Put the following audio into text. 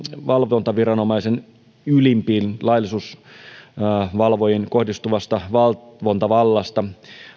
valvontaviranomaisen ylimpiin laillisuusvalvojiin kohdistuvasta valvontavallasta